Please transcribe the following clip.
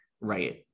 right